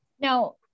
Now